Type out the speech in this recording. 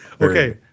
Okay